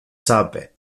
sape